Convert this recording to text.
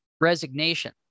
resignation